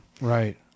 Right